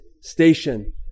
station